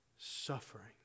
suffering